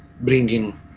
bringing